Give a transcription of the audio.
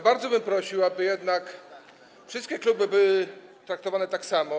Bardzo bym prosił, aby jednak wszystkie kluby były traktowane tak samo.